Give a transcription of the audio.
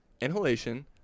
Inhalation